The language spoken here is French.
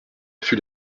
fut